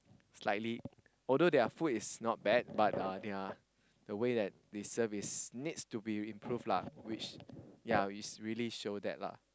slightly although their food is not bad but uh their the way that they serve is needs to be improved lah which ya it's really show that lah